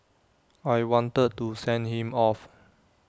I wanted to send him off